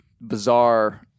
bizarre